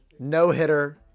No-hitter